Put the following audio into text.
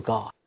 God